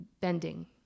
bending